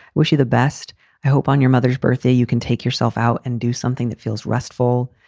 wish you the best hope on your mother's birthday, you can take yourself out and do something that feels restful.